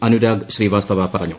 അനുരാഗ് ശ്രീവാസ്തവ പറഞ്ഞു